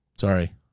Sorry